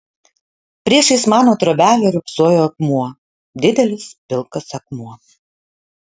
priešais mano trobelę riogsojo akmuo didelis pilkas akmuo